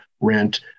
rent